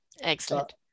excellent